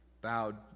bowed